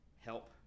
help